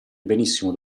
benissimo